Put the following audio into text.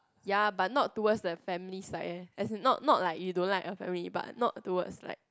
ya but not towards the family side leh as not not like you don't like your family but not towards like